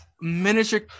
miniature